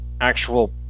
actual